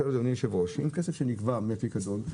הכסף שנגבה מהפיקדון,